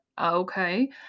Okay